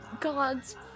gods